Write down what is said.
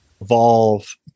evolve